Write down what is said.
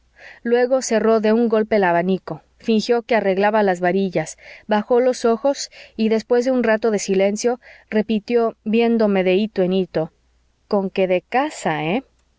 luego cerró de un golpe el abanico fingió que arreglaba las varillas bajó los ojos y después de un rato de silencio repitió viéndome de hito en hito conque de casa eh